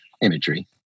imagery